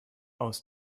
aus